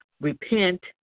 repent